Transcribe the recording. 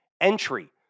Entry